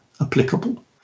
applicable